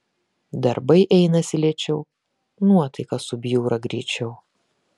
darbai einasi lėčiau nuotaika subjūra greičiau